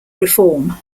reform